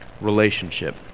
relationship